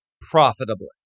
profitably